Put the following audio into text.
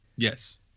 Yes